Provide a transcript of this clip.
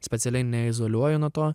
specialiai neizoliuoju nuo to